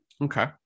Okay